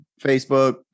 Facebook